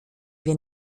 wir